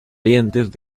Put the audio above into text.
dientes